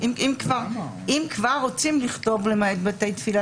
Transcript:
אם כבר רוצים לכתוב "למעט בתי תפילה",